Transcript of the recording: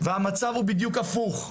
המצב הוא בדיוק הפוך,